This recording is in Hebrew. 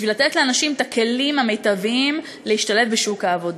בשביל לתת לאנשים את הכלים המיטביים להשתלב בשוק העבודה.